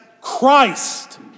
Christ